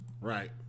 Right